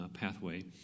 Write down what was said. pathway